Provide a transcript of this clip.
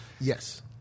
Yes